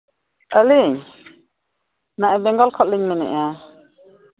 ᱟᱹᱞᱤᱧ ᱱᱚᱣᱟ ᱵᱮᱝᱜᱚᱞ ᱠᱷᱚᱱ ᱞᱤᱧ ᱢᱮᱱᱮᱫᱼᱟ